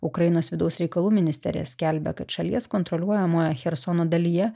ukrainos vidaus reikalų ministerija skelbia kad šalies kontroliuojamoje chersono dalyje